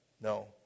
No